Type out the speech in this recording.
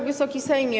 Wysoki Sejmie!